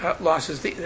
losses